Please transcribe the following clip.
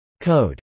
Code